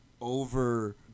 over